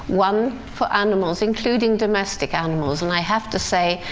one for animals, including domestic animals and i have to say,